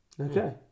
Okay